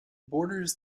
borders